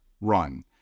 run